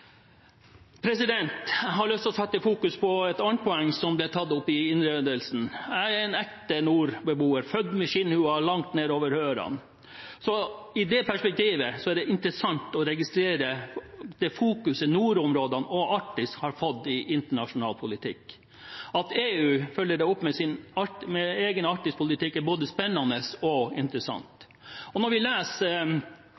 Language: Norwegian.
Jeg har lyst til å fokusere på et annet poeng som ble tatt opp i redegjørelsen. Jeg er en ekte nordboer, født med skinnlua langt nedover ørene. I det perspektivet er det interessant å registrere det fokuset nordområdene og Arktis har fått i internasjonal politikk. At EU følger det opp med sin egen Arktis-politikk, er både spennende og interessant.